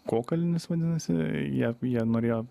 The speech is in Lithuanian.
kokalnis vadinasi jie jie norėjo